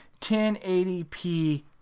1080p